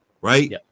right